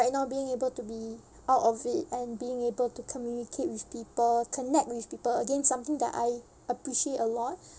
~ight now being able to be out of it and being able to communicate with people connect with people again something that I appreciate a lot